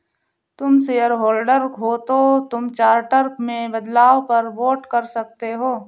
तुम शेयरहोल्डर हो तो तुम चार्टर में बदलाव पर वोट कर सकते हो